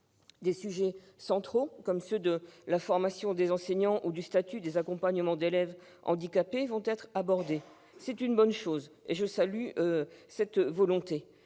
Des sujets centraux comme ceux de la formation des enseignants ou du statut des accompagnants d'élèves handicapés vont être abordés. C'est une bonne chose, et je salue cette volonté.